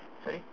sorry